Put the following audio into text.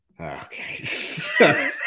okay